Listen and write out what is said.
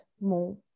more